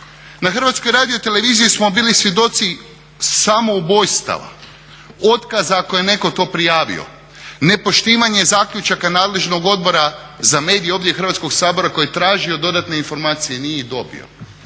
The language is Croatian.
ima političkog mentora. Na HRT-u smo bili svjedoci samoubojstava, otkaza ako je netko to prijavio, nepoštivanje zaključaka nadležnog Odbora za medije i ovdje i Hrvatskog sabora koji je tražio dodatne informacije i nije ih dobio.